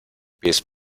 pies